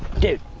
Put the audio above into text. dude!